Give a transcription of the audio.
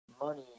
money